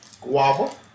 guava